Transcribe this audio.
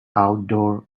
outdoor